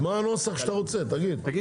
זאת אומרת